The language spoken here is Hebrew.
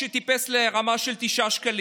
שמחירו טיפס לרמה של 9 שקלים.